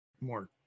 more